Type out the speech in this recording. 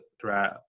threat